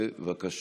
בבקשה.